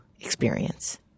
experience